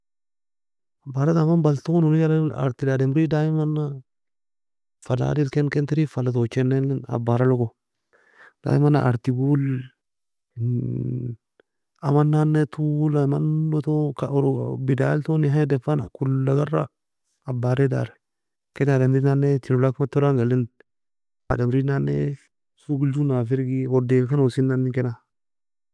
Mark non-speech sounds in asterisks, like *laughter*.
Abarata man banton uney galag artil ademri daymana, fala adem ken ken tern fala toochi eli, abaralogo, daymana arty gole *hesitation* aman nanne tuola mando ton ka oro bidayal ton نهاية defan كل agara عبارة ea dary, ken ademri nanne tenolak matolang eli ademri nanne soghil jonanga firgi, oddieka ken osenani kena.